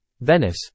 Venice